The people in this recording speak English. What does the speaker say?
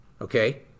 okay